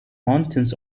mountains